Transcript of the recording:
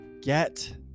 get